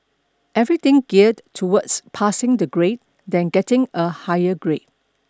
everything geared towards passing the grade then getting a higher grade